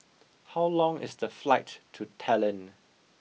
how long is the flight to Tallinn